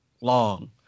long